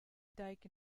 dike